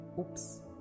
Oops